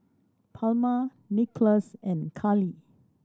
Palma Nicklaus and Kali